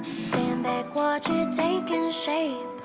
stand back watch it taking shape,